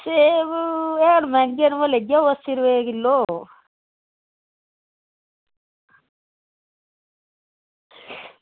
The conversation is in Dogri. हैन मैहंगे न बाऽ लेई लैओ अस्सी रपेऽ किलो